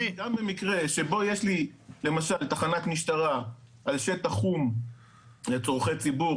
גם במקרה שבו יש לי למשל תחנת משטרה על שטח חום לצרכי ציבור,